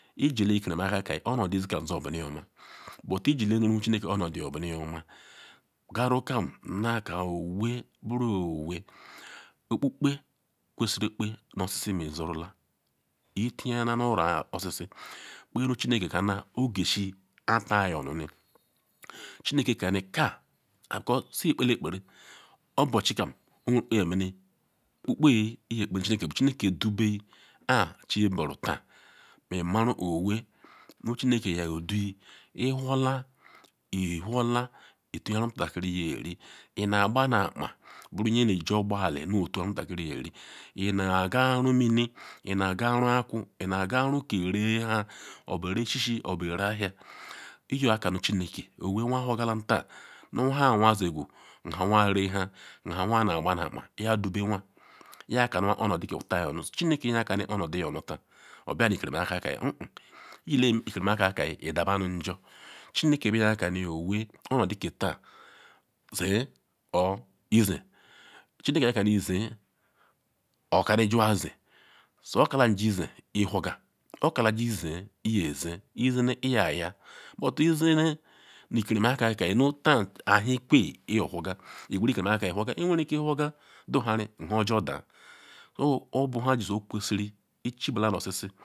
Ijiri le ikerima aka ke onodi izi ke soburuni oma but ijile nu ruhu chineke onodi yobunioma. Qarukam naka owee buru owee okpokpe kwesiri okpokpe nu oshishi ma izurula itiala nu oro oshishi kpenu chineke kana ogesiji kpa taan yo nuni chineke kanika kako so ikpelekperi obuchikam owen kpo onye mene okpe kpeyi ye kpenu chineke bu chineke dubeyi ma chiburu taa memaru owee nu chineke yodu iwhoree iwhora ituya nhe omutakiri yeri inagbana akpa buru nye neji ogbo eli notun nhe omutakiri yeri inaga aru mini ina aga aru aku ina aga aru ke orerenhan obu ore isisi obu ore ahia iyekanu ehineke owee nu anwa nwhorgala taan nunha anwa nijiqu nu ha anwa renha nula ha anwa nu aqba nu akpa nuya dube anwa yakanu anwa kpo obudu taa nyonu. Chineke yakani kpo onodiyi nyonu taan obia ma ikerima akaka iyelem ikerima akakia idaba nu njor, chineke binye yakani owee onodi ke taan zie or izie, chineke yakani zie or kani jiwa zin so okana jiwa zie jiwa whorga ma okani jiwa zin jiwa zile jiwa yaya but izine nu ikirima akake nu taan ewhi kweyi nyo whorga iqweru ikerima akake whorga iwerike whorga duhari nhujor daa oh obunha so okwesiri chibula nu oshishi